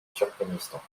turkménistan